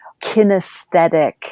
kinesthetic